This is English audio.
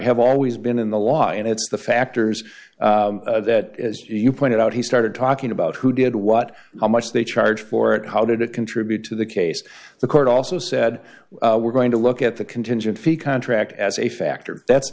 have always been in the law and it's the factors that as you pointed out he started talking about who did what how much they charge for it how did it contribute to the case the court also said we're going to look at the contingent fee contract as a factor that's